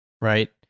right